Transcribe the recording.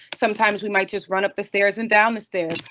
sometimes we might just run up the stairs and down the stairs.